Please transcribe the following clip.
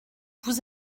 vous